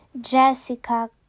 Jessica